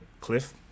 Cliff